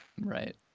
Right